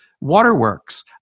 waterworks